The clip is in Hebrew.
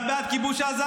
את גם בעד כיבוש עזה,